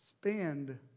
spend